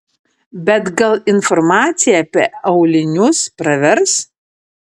bet gal informacija apie aulinius pravers